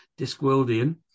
Discworldian